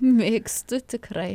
mėgstu tikrai